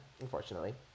unfortunately